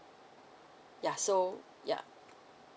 yeah so yeah